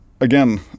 Again